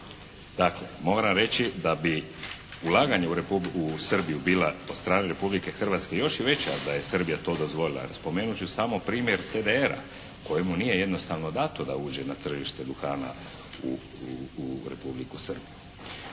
Dakle moram reći da bi ulaganje u Srbiju bila od strane Republike Hrvatske još veća da je Srbija to dozvolila. Spomenuti ću samo primjer TDR-a kojemu nije jednostavno dato da uđe na tržište duhana u Republiku Srbiju.